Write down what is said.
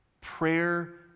prayer